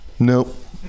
Nope